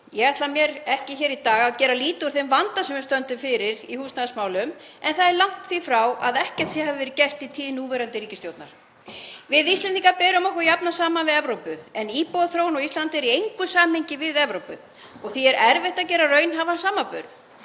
Ég ætla mér ekki hér í dag að gera lítið úr þeim vanda sem við stöndum frammi fyrir í húsnæðismálum en það er langt því frá að ekkert hafi verið gert í tíð núverandi ríkisstjórnar. Við Íslendingar berum okkur jafnan saman við Evrópu en íbúaþróun á Íslandi er í engu samhengi við Evrópu og því er erfitt að gera raunhæfan samanburð.